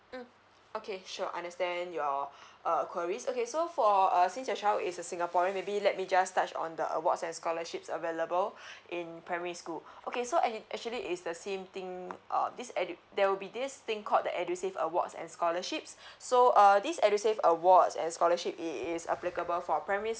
mm okay sure understand your err queries okay so for us since your child is a singaporean maybe let me just touch on the awards and scholarships available in primary school okay so and it actually is the same thing uh this edu~ there will be this thing called the edusave awards and scholarships so uh this edusave awards and scholarship it is applicable for primary